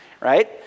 Right